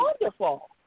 Wonderful